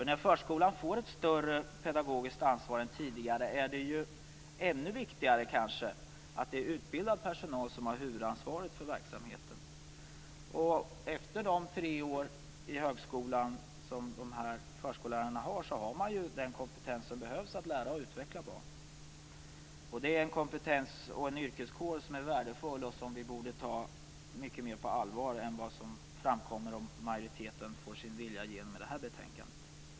När förskolan får ett större pedagogiskt ansvar än tidigare är det kanske ännu viktigare att det är utbildad personal som har huvudansvaret för verksamheten. Efter tre år i högskolan har man ju den kompetens som behövs för att lära och utveckla barn. Det är en kompetens och en yrkeskår som är värdefull och som vi borde ta mycket mer på allvar än vad som framkommer om majoriteten får sin vilja igenom i det här betänkandet.